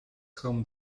home